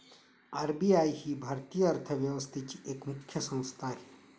RBI ही भारतीय अर्थव्यवस्थेची एक मुख्य संस्था आहे